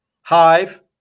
Hive